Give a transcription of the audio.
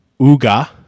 UGA